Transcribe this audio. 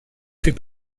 fait